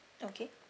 okay